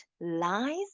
lies